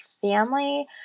family